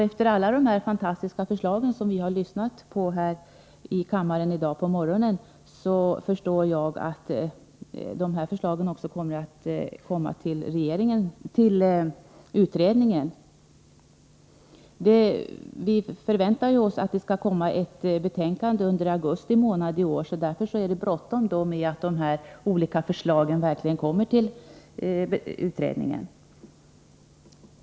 Efter att ha lyssnat till alla dessa fantastiska förslag i dag på morgonen förstår jag att dessa förslag också kommer till utredningen. Vi förväntar oss ett betänkande därifrån under augusti månad i år. Därför är det bråttom med att dessa olika förslag verkligen också förs fram till utredningen.